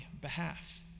behalf